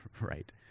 Right